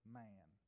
man